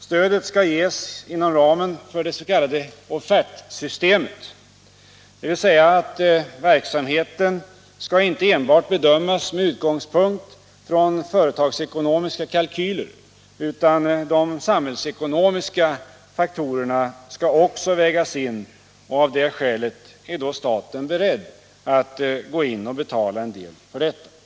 Stödet skall ges inom ramen för det s.k. offertsystemet, dvs. att verksamheten inte enbart skall bedömas med utgångspunkt i företagsekonomiska kalkyler, utan de samhällsekonomiska faktorerna skall också vägas in. Av det skälet är då staten beredd att gå in och betala en del.